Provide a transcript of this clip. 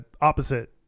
opposite